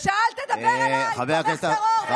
אל תדבר אליי, תומך טרור, ואל תפריע לי.